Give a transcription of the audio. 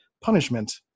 punishment